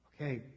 okay